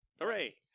Hooray